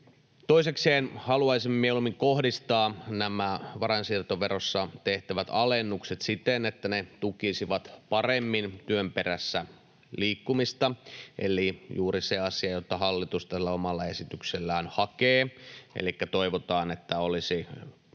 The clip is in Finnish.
Toisekseen haluaisin mieluummin kohdistaa nämä varainsiirtoverossa tehtävät alennukset siten, että ne tukisivat paremmin työn perässä liikkumista. Juuri se asia, jota hallitus tällä omalla esityksellään hakee, on, että toivotaan, että olisi